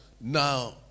Now